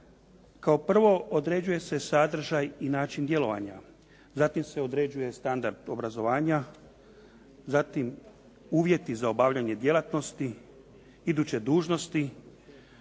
Kao prvo određuje se sadržaj i način djelovanja, zatim se određuje standard obrazovanja, zatim uvjeti za obavljanje djelatnosti, iduće dužnosti,